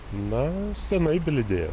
na senai belydėjau